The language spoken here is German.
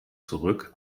zurück